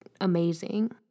amazing